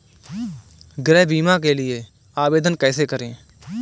गृह बीमा के लिए आवेदन कैसे करें?